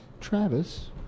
Travis